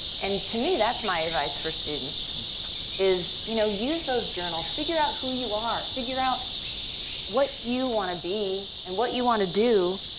and to me, that's my advice for students is you know use those journals, figure out who you are, figure out what you want to be and what you want to do.